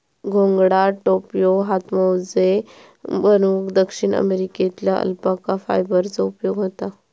घोंगडा, टोप्यो, हातमोजे बनवूक दक्षिण अमेरिकेतल्या अल्पाका फायबरचो उपयोग होता